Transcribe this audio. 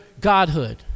godhood